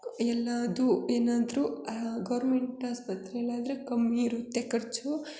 ಎಲ್ಲದೂ ಏನಾದರೂ ಗೌರ್ಮೆಂಟ್ ಆಸ್ಪತ್ರೆಲಾದರೆ ಕಮ್ಮಿ ಇರುತ್ತೆ ಖರ್ಚು